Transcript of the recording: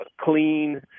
clean –